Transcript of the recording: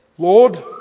Lord